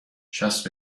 شصت